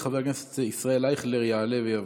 חבר הכנסת ישראל אייכלר יעלה ויבוא.